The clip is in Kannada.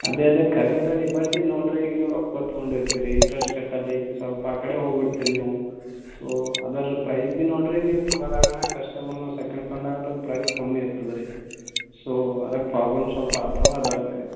ಅದೇ ಅದೇ ಕರೆ ಅದೆ ರೀ ಬಟ್ ಇಲ್ಲಿ ನೋಡಿರಿ ಈಗ ನೀವು ರೊಕ್ಕ ತಗೊಂಡು ಇರ್ತೀರಿ ಇಂಟ್ರೆಸ್ಟ್ ಕಟ್ಟಬೇಕು ಸ್ವಲ್ಪ ಆ ಕಡೆ ಹೋಗ್ಬಿಡ್ತೀರಿ ನೀವು ಸೊ ಅದರ ಪ್ರೈಸ್ ನೋಡಿರಿ ನೀವು ತಗೋದಾಗೋಣ ಕಸ್ಟಮರ್ನ ಸೆಕೆಂಡ್ ತಗೊಂಡಾಗ ಅದ್ರ ಪ್ರೈಸ್ ಕಮ್ಮಿ ಇರ್ತದೆ ರೀ ಸೊ ಅದಕ್ಕೆ ಪ್ರಾಬ್ಲಮ್ ಸ್ವಲ್ಪ ಅಥವಾ ಅದಕ್ಕೆ ರೀ